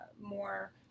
more